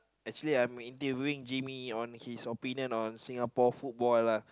actually I am interviewing Jimmy on his opinion on Singapore football lah